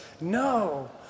no